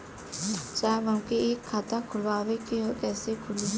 साहब हमके एक खाता खोलवावे के ह कईसे खुली?